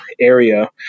area